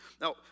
Now